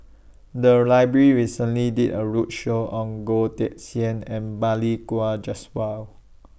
The Library recently did A roadshow on Goh Teck Sian and Balli Kaur Jaswal